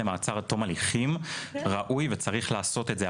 למעצר עד תום הליכים ראוי וצריך לעשות את זה.